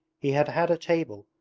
he had had a table,